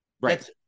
Right